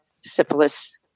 syphilis-